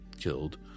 killed